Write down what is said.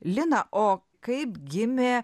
lina o kaip gimė